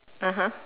(uh huh)